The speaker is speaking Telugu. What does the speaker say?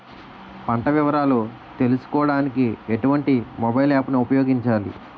పంట వివరాలు తెలుసుకోడానికి ఎటువంటి మొబైల్ యాప్ ను ఉపయోగించాలి?